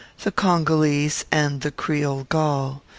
the congolese, and the creole gaul.